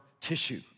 tissue